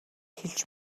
хэлж